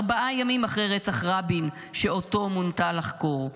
ארבעה ימים אחרי רצח רבין שאותו מונתה לחקור,